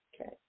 okay